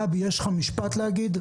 גבי, יש לך משפט להגיד?